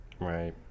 Right